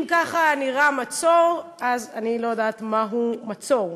אם ככה נראה מצור, אז אני לא יודעת מהו מצור.